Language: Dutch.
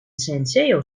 senseo